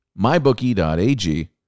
Mybookie.ag